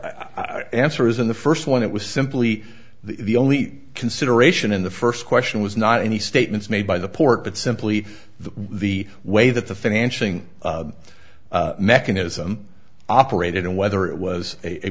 i answer is in the first one it was simply the only consideration in the first question was not any statements made by the port but simply the way that the financial mechanism operated and whether it was a